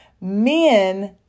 men